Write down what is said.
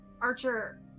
Archer